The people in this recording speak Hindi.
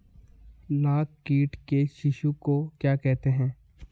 लाख कीट के शिशु को क्या कहते हैं?